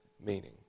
meaning